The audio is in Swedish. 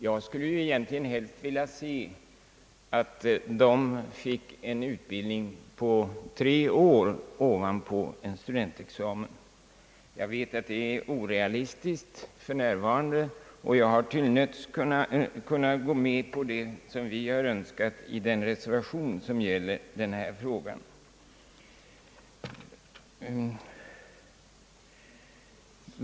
Jag skulle helst se att de fick en utbildning på tre år ovanpå studentexamen. Jag vet att det är orealistiskt för närvarande, och jag har till nöds kunnat gå med på det vi har önskat i den reservation som gäller denna fråga.